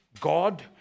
God